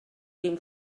dim